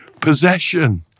possession